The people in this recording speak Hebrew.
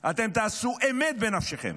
אתם תעשו אמת בנפשכם,